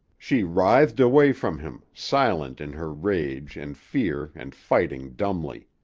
she writhed away from him, silent in her rage and fear and fighting dumbly.